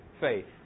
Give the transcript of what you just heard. faith